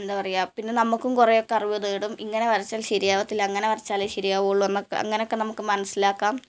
എന്താണ് പറയുക പിന്നെ നമുക്കും കുറേ ഒക്കെ അറിവ് നേടും ഇങ്ങനെ വരച്ചാൽ ശരിയാവത്തില്ല അങ്ങനെ വരച്ചാലെ ശരിയാവൂളളൂ എന്നൊക്കെ അങ്ങനെ ഒക്കെ നമുക്ക് മനസ്സിലാക്കാം